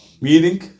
Meaning